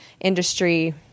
industry